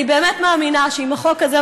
אני באמת מאמינה שעם החוק הזה,